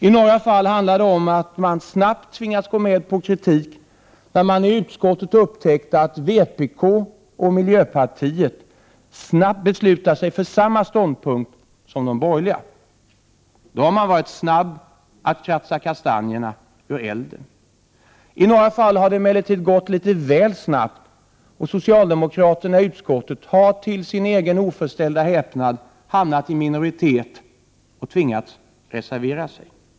I några fall handlar det om att man snabbt tvingats gå med på kritik, när man i utskottet upptäckt att vpk och miljöpartiet beslutat sig för samma ståndpunkt som de borgerliga. Då har man varit snabb att kratsa kastanjerna ur elden. I några fall har det emellertid gått litet väl snabbt, och socialdemokraterna i utskottet har till sin egen oförställda häpnad hamnat i minoritet och tvingats reservera sig.